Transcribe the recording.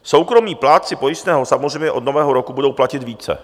Soukromí plátci pojistného samozřejmě od Nového roku budou platit více.